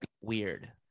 weird